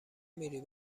میری